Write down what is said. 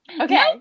okay